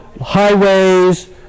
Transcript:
highways